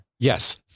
Yes